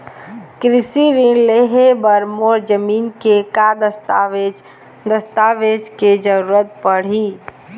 कृषि ऋण लेहे बर मोर जमीन के का दस्तावेज दस्तावेज के जरूरत पड़ही?